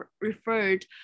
referred